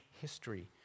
history